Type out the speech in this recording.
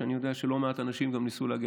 ואני יודע שלא מעט אנשים גם ניסו להגיע